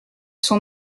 sont